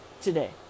today